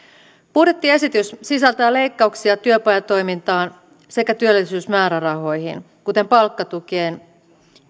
budjettiesitys sisältää leikkauksia työpajatoimintaan sekä työllisyysmäärärahoihin kuten palkkatukeen